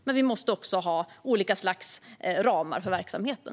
Men vi måste också ha olika slags ramar för verksamheten.